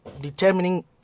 determining